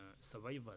survivors